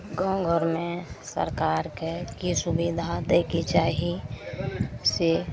गाम घरमे सरकारके कि सुविधा दैके चाही से